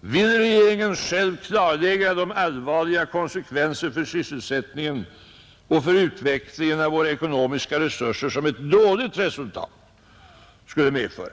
Vill regeringen själv klarlägga de allvarliga konsekvenser för sysselsättningen och för utvecklingen av våra ekonomiska resurser som ett dåligt resultat skulle medföra?